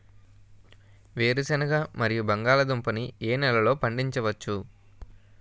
వేరుసెనగ మరియు బంగాళదుంప ని ఏ నెలలో పండించ వచ్చు?